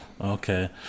okay